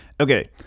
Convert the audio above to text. Okay